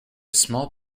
small